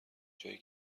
جایی